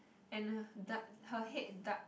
and a her head dark